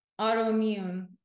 Autoimmune